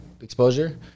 exposure